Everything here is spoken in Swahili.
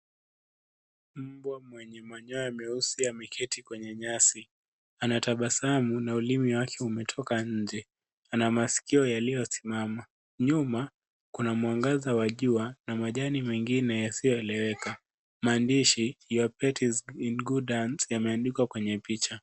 Mbwa mwenye manyoya meusi ameketi kwenye nyasi. Anatabasamu na ulimi wake umetoka nje. Ana masikio yaiyosimama. Nyuma kuna mwangaza wa jua na majani mengine yasiyoeleweka. Maandishi Your Pet Is In Good Hands yameandikwa kwenye picha.